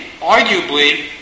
arguably